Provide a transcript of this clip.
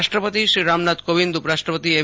રાષ્ટ્રપતિ રામનાથ કોવિંદ ઉપરાષ્ટ્રપતિએમ